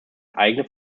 eigene